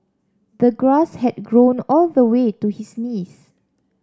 the grass had grown all the way to his knees